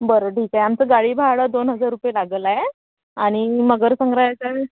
बरं ठीक आहे आमचं गाडी भाडं दोन हजार रुपये लागला आहे आणि मगर संग्रहालयाचा